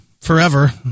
forever